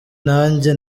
nanjye